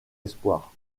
espoirs